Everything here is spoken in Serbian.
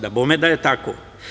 Dabome da je tako.